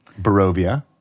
Barovia